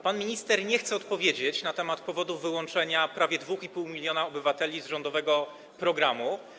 Pan minister nie chce odpowiedzieć na temat powodów wyłączenia prawie 2,5 mln obywateli z rządowego programu.